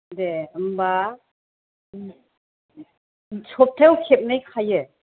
दे होम्बा सबथायाव खेबनै खायो